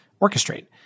orchestrate